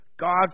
God